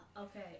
okay